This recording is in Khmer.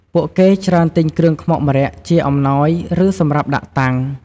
ពួកគេច្រើនទិញគ្រឿងខ្មុកម្រ័ក្សណ៍ជាអំណោយ ឬ សម្រាប់ដាក់តាំង។